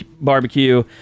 Barbecue